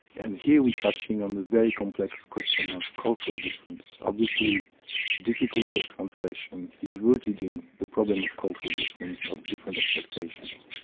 and here we're touching on the very complex question of cultural difference. obviously the difficulty of translation is rooted in the problem of cultural difference, of different expectations.